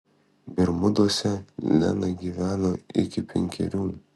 bermuduose lena gyveno iki penkerių